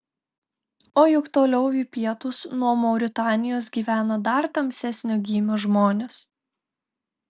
o juk toliau į pietus nuo mauritanijos gyvena dar tamsesnio gymio žmonės